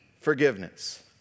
forgiveness